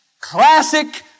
classic